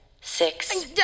six